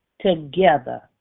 together